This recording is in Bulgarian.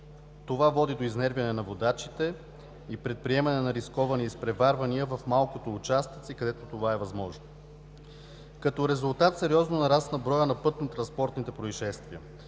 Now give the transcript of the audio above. Това води до изнервяне на водачите и предприемане на рисковани изпреварвания в малкото участъци, където това е възможно. Като резултат сериозно нарасна броят на пътно-транспортните произшествия.